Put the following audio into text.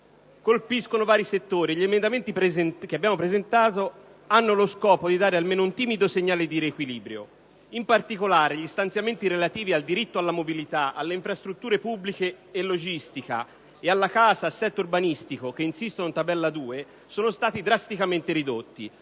colpiscono vari settori e gli emendamenti che abbiamo presentato hanno lo scopo di dare almeno un timido segnale di riequilibrio. In particolare, gli stanziamenti relativi al diritto alla mobilità, alle infrastrutture pubbliche e logistiche e alla casa e assetto urbanistico, che insistono in tabella 2, sono stati drasticamente ridotti.